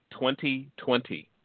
2020